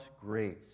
grace